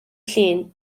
llun